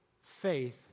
faith